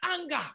anger